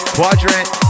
quadrant